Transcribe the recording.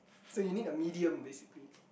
so you need a medium basically